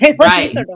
right